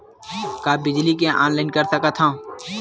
का बिजली के ऑनलाइन कर सकत हव?